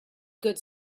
good